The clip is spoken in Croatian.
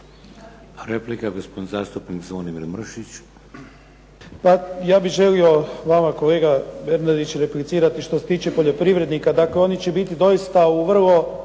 Replika, gospodin zastupnik Zvonimir Mršić. **Mršić, Zvonimir (SDP)** Pa ja bih želio vama kolega Bernardiću replicirati što se tiče poljoprivrednika. Dakle oni će biti doista u vrlo